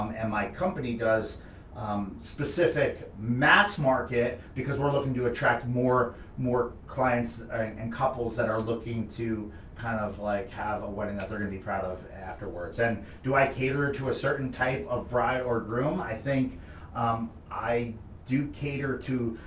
um and my does um specific mass market, because we're looking to attract more more clients and couples that are looking to kind of like have a wedding that ah they're gonna be proud of afterwards. and do i cater to a certain type of bride or groom? i think i do cater to,